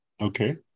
Okay